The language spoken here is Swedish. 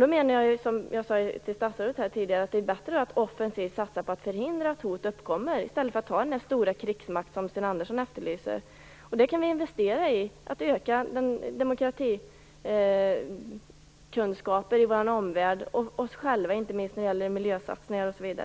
Då menar jag, som jag sade till statsrådet tidigare, att det är bättre att offensivt satsa på att förhindra att hot uppkommer än att ha den stora krigsmakt som Sten Andersson efterlyser. Det kan vi investera i; att öka demokratikunskapen i vår omvärld. Vi kan också investera i oss själva, inte minst när det gäller miljösatsningar osv.